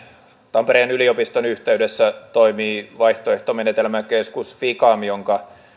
tampereen yliopiston yhteydessä toimii vaihtoehtomenetelmäkeskus ficam jonka